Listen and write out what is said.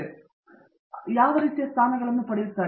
ಆದ್ದರಿಂದ ಅವರು ಯಾವ ರೀತಿಯ ಸ್ಥಾನಗಳನ್ನು ಪಡೆದುಕೊಳ್ಳುತ್ತಾರೆ